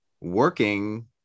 working